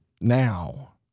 now